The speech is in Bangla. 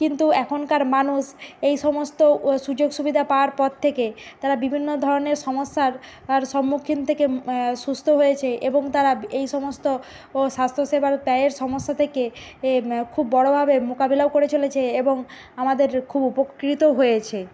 কিন্তু এখনকার মানুষ এই সমস্ত ও সুযোগ সুবিধা পাওয়ার পর থেকে তারা বিভিন্ন ধরনের সমস্যার আর সম্মুখীন থেকে সুস্থ হয়েছে এবং তারা এই সমস্তও ও স্বাস্থ্যসেবার ব্যয়ের সমস্যা থেকে এ খুব বড়ভাবে মোকাবিলাও করে চলেছে এবং আমাদের খুব উপকৃত হয়েছে